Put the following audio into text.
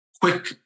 quick